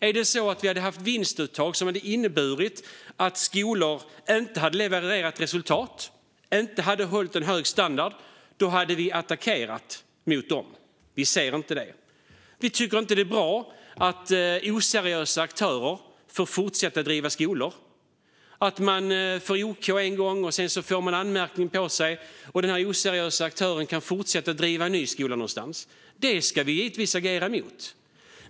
Hade vi sett vinstuttag som gjorde att skolor inte levererade resultat och inte höll en hög standard hade vi attackerat det. Men vi ser inte det. Vi tycker inte att det är bra att oseriösa aktörer får fortsätta att driva skolor. Får man okej en gång och sedan anmärkning ska man inte kunna fortsätta driva skola någon annanstans. Då ska vi agera.